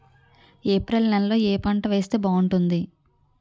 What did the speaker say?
April నెలలో ఏ పంట వేస్తే బాగుంటుంది?